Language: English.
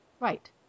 Right